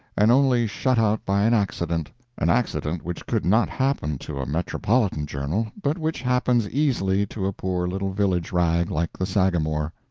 and only shut out by an accident an accident which could not happen to a metropolitan journal, but which happens easily to a poor little village rag like the sagamore.